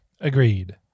Agreed